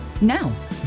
Now